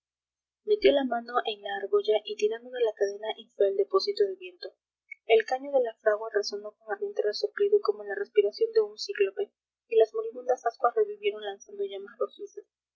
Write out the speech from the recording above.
metió la mano en la argolla y tirando de la cadena infló el depósito de viento el caño de la fragua resonó con ardiente resoplido como la respiración de un cíclope y las moribundas ascuas revivieron lanzando llamas